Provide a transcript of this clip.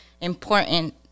important